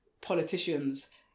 politicians